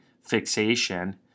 fixation